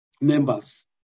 members